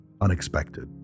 unexpected